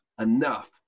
enough